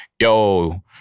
yo—